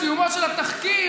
בסיומו של התחקיר,